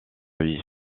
vie